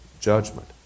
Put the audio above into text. Judgment